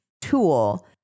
tool